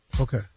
Okay